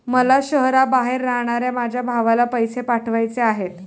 मला शहराबाहेर राहणाऱ्या माझ्या भावाला पैसे पाठवायचे आहेत